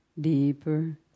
deeper